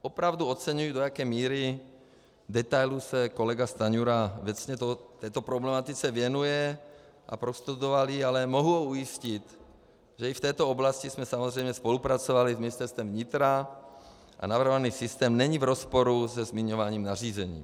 Opravdu oceňuji, do jaké míry detailu se kolega Stanjura věcně této problematice věnuje a prostudoval ji, ale mohu ho ujistit, že i v této oblasti jsme samozřejmě spolupracovali s Ministerstvem vnitra a navrhovaný systém není v rozporu se zmiňovaným nařízením.